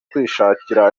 kwishakira